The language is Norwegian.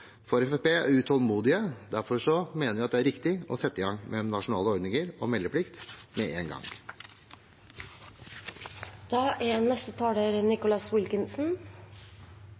er utålmodige, og derfor mener vi at det er riktig å sette i gang med nasjonale ordninger og meldeplikt med en